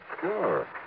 Sure